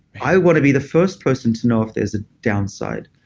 i want to be the first person to know if there's a downside.